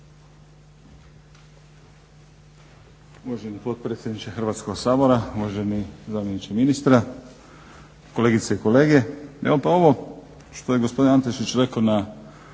Uvaženi potpredsjedniče Hrvatskoga sabora, uvaženi zamjeniče ministra, kolegice i kolege. Pa ovo što je gospodin Antešić rekao na